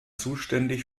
zuständig